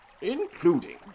Including